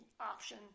option